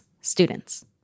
students